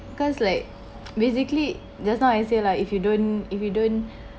because like basically just now I say lah if you don't if you don't